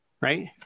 Right